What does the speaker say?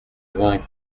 vingt